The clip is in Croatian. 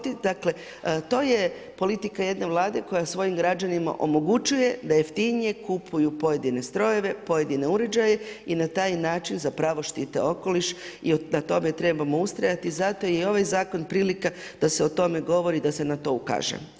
To je politika jedne Vlade koja svojim građanima omogućuje da jeftinije kupuju pojedine strojeve, pojedine uređaje i na taj način zapravo štite okoliš i na tome trebamo ustrajati i zato je i ovaj zakon prilika da se o tome govori, da se na to ukaže.